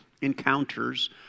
encounters